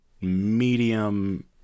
medium –